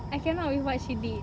I cannot with what she did